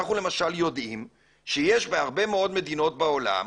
אנחנו למשל יודעים שיש בהרבה מאוד מדינות בעולם,